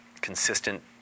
consistent